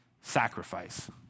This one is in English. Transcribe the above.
sacrifice